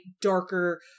darker